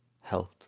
health